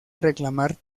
reclamar